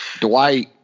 Dwight